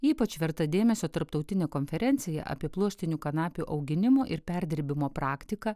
ypač verta dėmesio tarptautinė konferencija apie pluoštinių kanapių auginimo ir perdirbimo praktiką